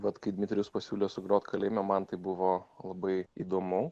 vat kai dmitrijus pasiūlė sugrot kalėjime man tai buvo labai įdomu